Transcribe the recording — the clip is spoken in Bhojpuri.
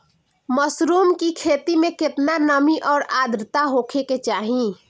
मशरूम की खेती में केतना नमी और आद्रता होखे के चाही?